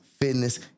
fitness